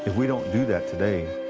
we don't do that today,